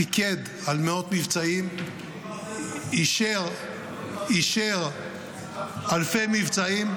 הוא פיקד על מאות מבצעים, אישר אלפי מבצעים,